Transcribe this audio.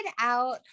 out